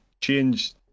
change